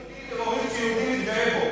אין יהודי טרוריסט שיהודי מתגאה בו.